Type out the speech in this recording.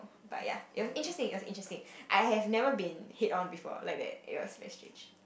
but ya it was interesting it was interesting I have never been hit on before like that it was very strange